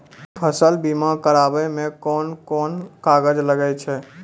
फसल बीमा कराबै मे कौन कोन कागज लागै छै?